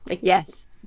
Yes